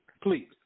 Please